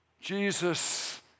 Jesus